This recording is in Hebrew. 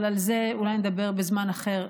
אבל על זה אולי נדבר בזמן אחר,